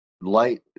Light